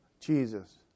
Jesus